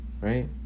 right